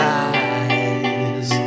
eyes